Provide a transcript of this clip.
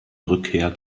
rückkehr